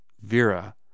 Vera